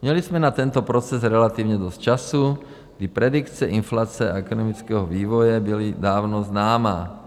Měli jsme na tento proces relativně dost času, kdy predikce inflace a ekonomického vývoje byla dávno známá.